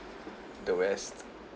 the west